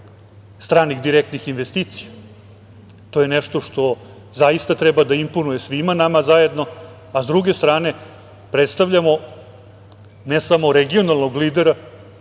stranih direktnih investicija. To je nešto što zaista treba da imponuje svima nama zajedno, a sa druge strane, predstavljamo ne samo regionalnog lidera